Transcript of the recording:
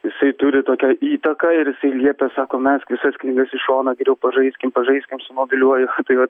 jisai turi tokią įtaką ir jisai liepia sako mesk visas knygas į šoną geriau pažaiskim pažaiskim su mobiliuoju tai vat